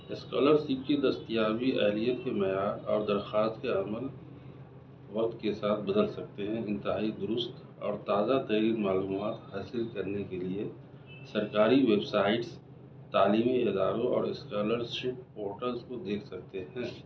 scholar شپ کی دستیابی اہلیت کے معیار اور درخواست کے عمل وقت کے ساتھ بدل سکتے ہیں انتہائی درست اور تازہ ترین معلومات حاصل کرنے کے لئے سرکاری ویب سائٹس تعلیمی اداروں اور اسکالر شپ پورٹلس کو دیکھ سکتے ہیں